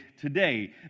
today